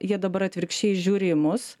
jie dabar atvirkščiai žiūri į mus